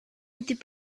était